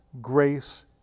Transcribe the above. grace